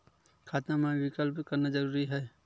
खाता मा विकल्प करना जरूरी है?